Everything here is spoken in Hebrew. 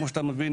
כמו שאתה מבין,